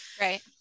Right